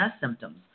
symptoms